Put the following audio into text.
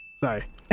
sorry